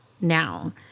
Now